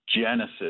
Genesis